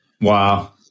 Wow